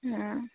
অঁ